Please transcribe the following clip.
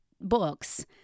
books